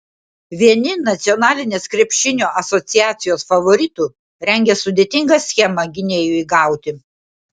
vieni nacionalinės krepšinio asociacijos favoritų rengia sudėtingą schemą gynėjui gauti